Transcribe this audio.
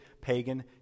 pagan